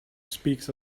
speaks